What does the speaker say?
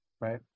Right